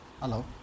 hello